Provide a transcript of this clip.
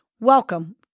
Welcome